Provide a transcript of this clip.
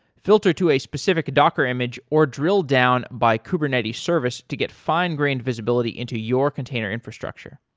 filter to a specific docker image or drill down by kubernetes service to get fine-grained visibility into your container infrastructure.